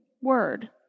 word